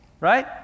right